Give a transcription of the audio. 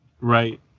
Right